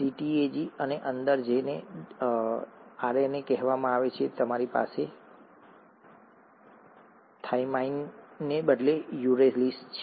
CTAG અને અંદર જેને આરએનએ કહેવામાં આવે છે તમારી પાસે થાઇમાઇનને બદલે યુરેસિલ છે